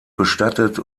bestattet